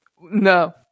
No